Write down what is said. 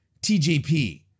TJP